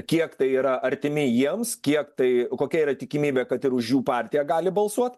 kiek tai yra artimi jiems kiek tai kokia yra tikimybė kad ir už jų partiją gali balsuot